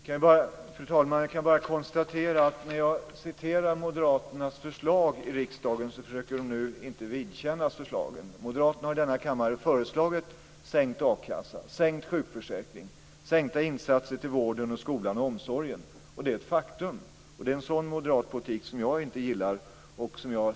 Fru talman! Jag kan bara konstatera att när jag nu citerar moderaternas förslag i riksdagen försöker de inte vidkännas förslagen. Moderaterna har i denna kammare föreslagit sänkt a-kassa, sänkt sjukförsäkring och sänkta insatser till vården, skolan och omsorgen. Det är ett faktum. Det är en sådan moderat politik som jag inte gillar.